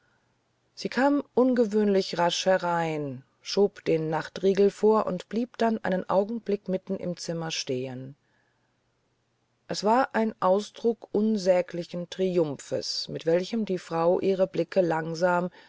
sie kam ungewöhnlich rasch herein schob leise den nachtriegel vor und blieb dann einen augenblick mitten im zimmer stehen es war ein ausdruck unsäglichen triumphes mit welchem diese frau ihre blicke langsam